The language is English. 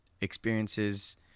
experiences